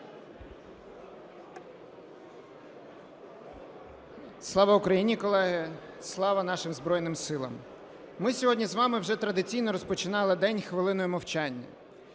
Слава Україні, колеги! Слава нашим Збройним Силам! Ми сьогодні з вами вже традиційно розпочинали день хвилинною мовчання,